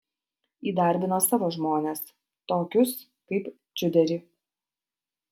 įdarbino savo žmones tokius kaip čiuderį